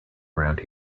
around